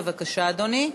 בבקשה, אדוני.